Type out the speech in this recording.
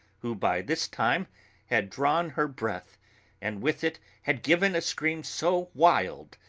who by this time had drawn her breath and with it had given a scream so wild,